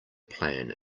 plan